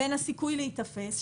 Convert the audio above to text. בין הסיכוי להיתפס,